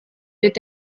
wird